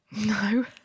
No